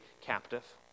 captive